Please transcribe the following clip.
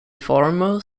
former